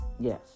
Yes